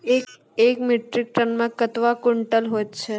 एक metric ton मे कतवा क्वींटल हैत छै?